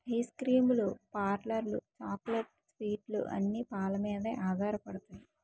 ice cream లు పార్లర్లు చాక్లెట్లు స్వీట్లు అన్ని పాలమీదే ఆధారపడతాయి